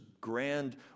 grand